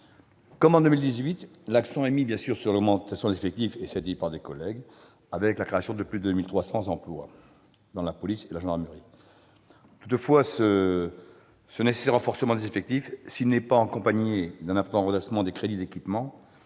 Comme en 2018, l'accent est mis sur l'augmentation des effectifs, avec la création de plus de 2 300 emplois dans la police et la gendarmerie. Toutefois, ce nécessaire renforcement des effectifs, s'il n'est pas accompagné d'un important redressement des crédits d'équipements